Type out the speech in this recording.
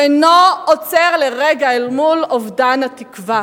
הוא אינו עוצר לרגע אל מול אובדן התקווה.